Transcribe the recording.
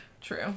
True